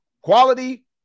quality